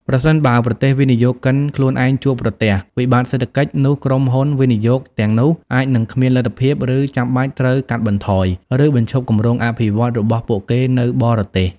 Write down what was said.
ប្រសិនបើប្រទេសវិនិយោគិនខ្លួនឯងជួបប្រទះ វិបត្តិសេដ្ឋកិច្ច នោះក្រុមហ៊ុនវិនិយោគទាំងនោះអាចនឹងគ្មានលទ្ធភាព ឬចាំបាច់ត្រូវ កាត់បន្ថយ ឬបញ្ឈប់គម្រោងអភិវឌ្ឍន៍ របស់ពួកគេនៅបរទេស។